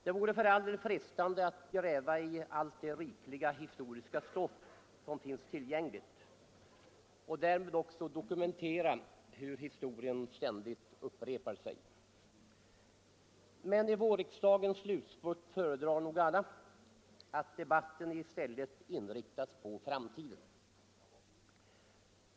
Det vore för all del frestande att gräva i allt det rikliga historiska stoff som finns tillgängligt — och därmed också dokumentera hur historien ständigt upprepar sig, men i vårriksdagens slutspurt föredrar nog alla att debatten i stället inriktas på framtiden.